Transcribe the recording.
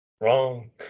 Wrong